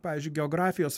pavyzdžiui geografijos